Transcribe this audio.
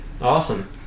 Awesome